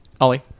Ollie